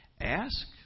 Ask